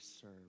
serve